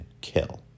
kill